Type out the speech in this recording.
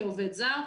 כעובד זר,